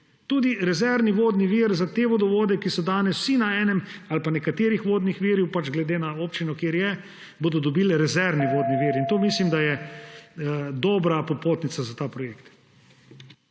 Tudi rezervni vodni vir za te vodovode, ki so danes vsi na enem ali pa nekaterih vodnih virih, pač glede na občino, kjer je, bodo dobili rezervni vodni vir in to mislim, da je dobra popotnica za ta projekt.